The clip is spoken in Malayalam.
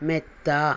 മെത്ത